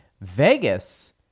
Vegas